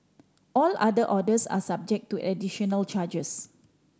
all other orders are subject to additional charges